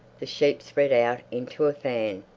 the sheep spread out into a fan.